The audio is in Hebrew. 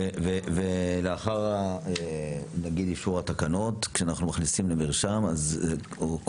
לאחר אישור התקנות כשאנחנו מכניסים למרשם --- כל